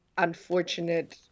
unfortunate